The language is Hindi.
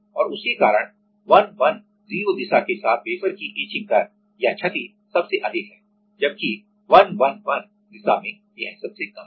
और उसके कारण 110 दिशा के साथ वेफर की एचिंग दर या क्षति सबसे अधिक है जबकि 111 दिशा यह सबसे कम है